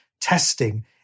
testing